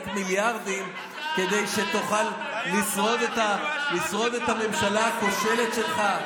מיליארדים כדי שתוכל לשרוד את הממשלה הכושלת שלך.